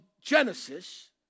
Genesis